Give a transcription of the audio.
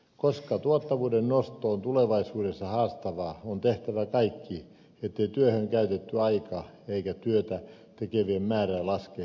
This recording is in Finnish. koska tuottavuuden nosto on tulevaisuudessa haastavaa on tehtävä kaikki ettei työhön käytetty aika eikä työtä tekevien määrä laske nykyisestä